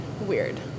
weird